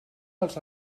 dels